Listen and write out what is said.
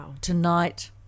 tonight